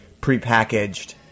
prepackaged